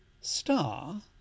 Star